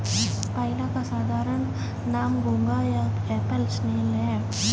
पाइला का साधारण नाम घोंघा या एप्पल स्नेल है